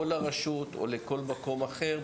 או לרשות או לכל מקום אחר,